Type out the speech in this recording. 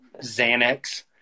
Xanax